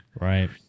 Right